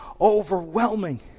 overwhelming